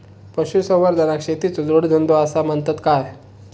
पशुसंवर्धनाक शेतीचो जोडधंदो आसा म्हणतत काय?